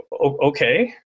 Okay